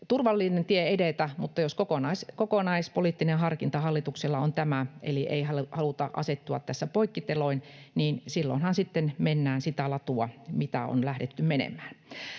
turvallinen tie edetä, mutta jos kokonaispoliittinen harkinta hallituksella on tämä, eli ei haluta asettua tässä poikkiteloin, niin silloinhan sitten mennään sitä latua, mitä on lähdetty menemään.